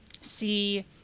see